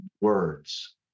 words